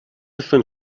schön